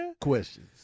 questions